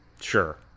Sure